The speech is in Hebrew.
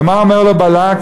ומה אומר לו בלק?